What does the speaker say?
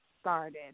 started